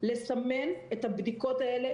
לסמן את הבדיקות האלה,